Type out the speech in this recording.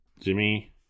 Jimmy